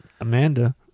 Amanda